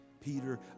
Peter